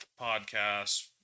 podcasts